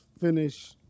finish